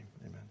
Amen